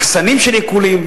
מחסנים של העיקולים,